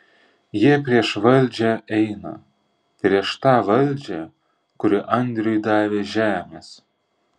jie prieš valdžią eina prieš tą valdžią kuri andriui davė žemės